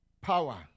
Power